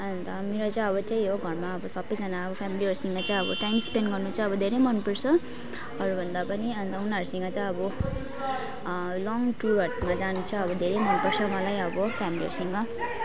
अन्त मेरो चाहिँ अब त्यही हो घरमा अब सबैजना फेमिलीहरूसँग चाहिँ टाइम स्पेन्ड गर्नु चाहिँ धेरै मनपर्छ अरूभन्दा पनि अन्त उनीहरूसँग चाहिँ अब लङ टुरहरूमा जानु चाहिँ अब धेरै मनपर्छ मलाई अब फेमिलीहरूसँग